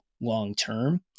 long-term